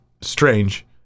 strange